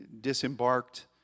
disembarked